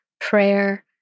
prayer